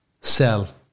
sell